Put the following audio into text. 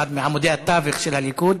אחד מעמודי התווך של הליכוד,